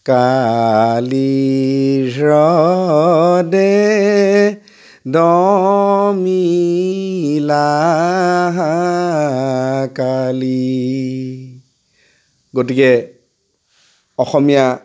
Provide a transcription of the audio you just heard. কালী হ্ৰদে দমিলা হা কালী গতিকে অসমীয়া